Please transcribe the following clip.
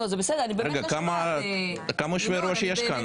רגע, כמה יושבי ראש יש כאן?